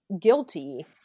guilty